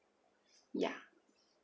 ya